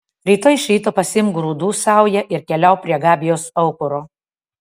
rytoj iš ryto pasiimk grūdų saują ir keliauk prie gabijos aukuro